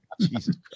Jesus